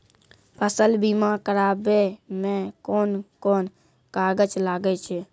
फसल बीमा कराबै मे कौन कोन कागज लागै छै?